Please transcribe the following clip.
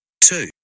two